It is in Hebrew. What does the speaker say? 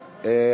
הרשעה),